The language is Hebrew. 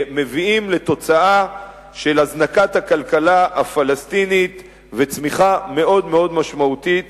מביאים לתוצאה של הזנקת הכלכלה הפלסטינית וצמיחה מאוד מאוד משמעותית